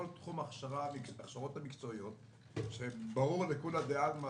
בתחום ההכשרות המקצועיות שברור לכולי עלמא